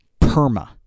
PERMA